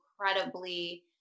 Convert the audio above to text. incredibly